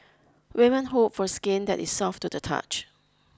women hope for skin that is soft to the touch